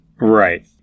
Right